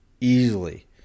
easily